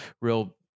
real